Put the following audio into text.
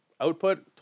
output